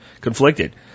Conflicted